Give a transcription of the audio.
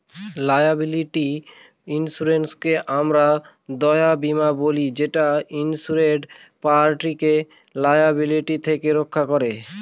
liability ইন্সুরেন্সকে আমরা দায় বীমা বলি যেটা ইন্সুরেড পার্টিকে লায়াবিলিটি থেকে রক্ষা করে